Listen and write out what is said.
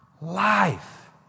life